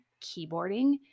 keyboarding